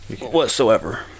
whatsoever